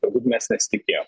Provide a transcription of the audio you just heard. galbūt mes nesitikėjom